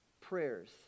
prayers